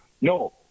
No